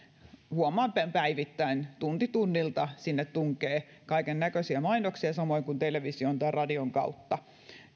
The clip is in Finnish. huomaamme päivittäin että tunti tunnilta sinne tunkee kaikennäköisiä mainoksia samoin kuin television tai radion kautta